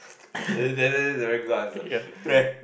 there there there is regular answer where